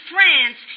France